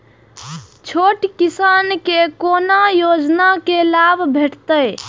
छोट किसान के कोना योजना के लाभ भेटते?